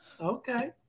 Okay